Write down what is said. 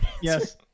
Yes